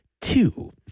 Two